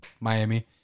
Miami